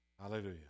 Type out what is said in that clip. Hallelujah